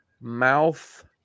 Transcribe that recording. mouth